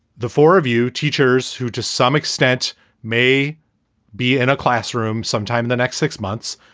the four of you teachers who to some extent may be in a classroom sometime the next six months.